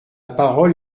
parole